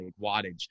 wattage